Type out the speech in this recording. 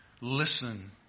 listen